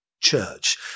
church